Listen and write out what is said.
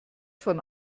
von